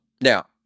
Now